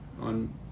on